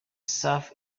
south